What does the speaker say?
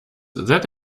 that